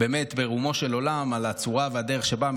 באמת ברומו של עולם על הצורה והדרך שבהן